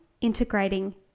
Integrating